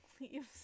leaves